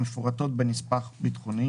המפורטות בנספח ביטחוני,